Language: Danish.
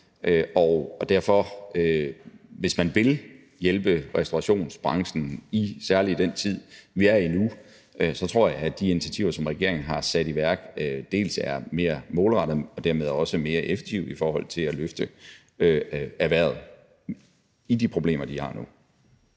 nævnte. Så hvis man vil hjælpe restaurationsbranchen, særlig i den tid, vi er i nu, så tror jeg, at de initiativer, som regeringen har sat i værk, er mere målrettede og dermed også mere effektive i forhold til at løfte erhvervet i forbindelse med de problemer, de har nu.